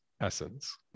essence